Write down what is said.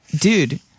dude